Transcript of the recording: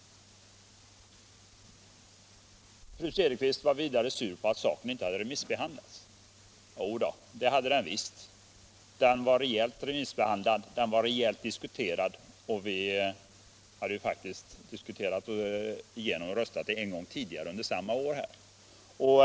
Fru Cederqvist var vidare sur över att ärendet inte hade remissbehandlats. Jo, det hade det visst. Det var rejält remissbehandlat och diskuterat. Vi hade faktiskt också diskuterat ärendet här och även röstat om det.